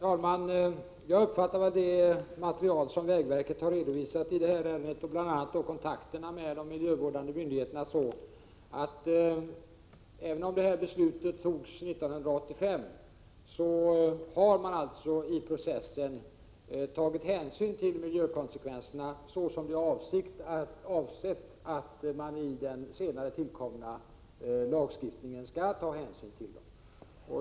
Herr talman! Jag uppfattar det material som vägverket har redovisat i detta ärende, som bl.a. innefattar kontakter med de miljövårdande myndigheterna, så att även om detta beslut fattades 1985 har man i processen tagit hänsyn till miljökonsekvenserna såsom det varit avsett i den senare tillkomna lagstiftningen.